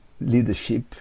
leadership